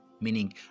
Meaning